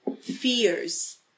fears